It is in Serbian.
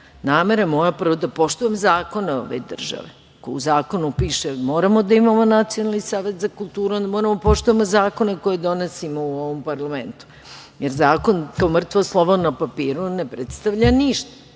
moja je prvo da poštujem zakone ove države. Ako u zakonu piše moramo da imamo Nacionalni savet za kulturu, onda moramo da poštujemo zakone koje donosimo u ovom parlamentu, jer zakon, to mrtvo slovo na papiru ne predstavlja ništa